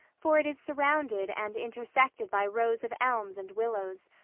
for it is surrounded and intersected by rows of elms and willows,